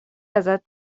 ازت